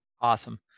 Awesome